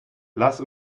lass